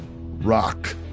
rock